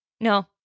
no